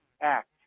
act